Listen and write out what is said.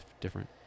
different